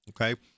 okay